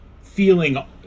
feeling